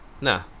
Nah